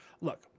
look